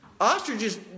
Ostriches